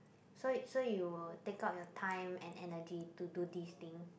so so you'll take out your time and energy to do this thing